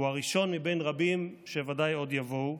הוא הראשון מבין רבים שוודאי עוד יבואו.